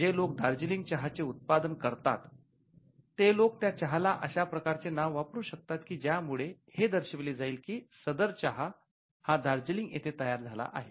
जे लोक दार्जिलिंग चहाचे उत्पादन करतात ते लोकं त्या चहाला अशाप्रकारचे नाव वापरू शकतात की ज्या मुळे हे दर्शविले जाईल की सादर चहा हा दार्जिलिंग येथे तयार झाला आहे